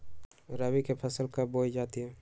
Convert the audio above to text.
रबी की फसल कब बोई जाती है?